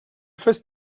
fest